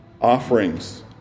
offerings